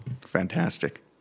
Fantastic